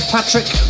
Patrick